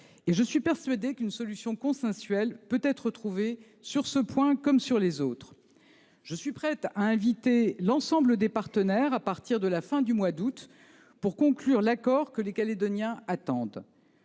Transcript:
je suis persuadé qu'une solution consensuelle peut être trouvée sur ce point comme sur les autres. Je suis prête à inviter l'ensemble des partenaires à partir de la fin du mois d'août pour conclure l'accord que les Calédoniens attendent.